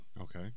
Okay